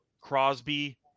Crosby